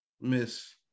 Miss